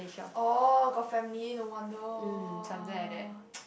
oh got family no wonder